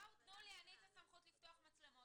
בואו, תנו לי אני את הסמכות לפתוח מצלמות.